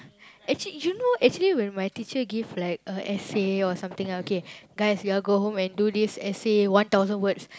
actually you know actually when my teacher give like uh essay or something ah okay guys you all go home and do this essay one thousands words